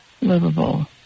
Livable